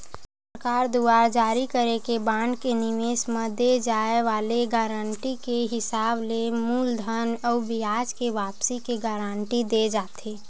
सरकार दुवार जारी करे के बांड के निवेस म दे जाय वाले गारंटी के हिसाब ले मूलधन अउ बियाज के वापसी के गांरटी देय जाथे